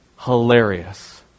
hilarious